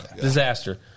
Disaster